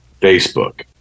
Facebook